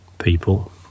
people